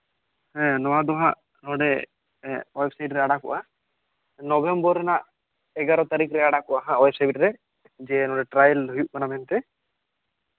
ᱦᱮᱸ ᱱᱚᱣᱟ ᱫᱚᱦᱟᱜ ᱱᱚᱰᱮ ᱳᱭᱮᱵᱥᱟᱭᱤᱴᱨᱮ ᱟᱨᱟᱜᱚᱜᱼᱟ ᱱᱚᱵᱷᱮᱢᱵᱚᱨ ᱨᱮᱱᱟᱜ ᱮᱜᱟᱨᱳ ᱛᱟᱨᱤᱠᱷᱨᱮ ᱟᱲᱟᱜᱚᱜᱼᱟ ᱦᱟᱜ ᱳᱭᱮᱵᱥᱟᱭᱤᱴᱨᱮ ᱡᱮ ᱱᱚᱰᱮ ᱴᱨᱟᱭᱮᱞ ᱦᱩᱭᱩᱜ ᱠᱟᱱᱟ ᱢᱮᱱᱛᱮ